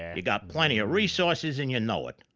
and you've got plenty of resources and you and know it.